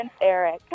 Eric